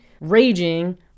raging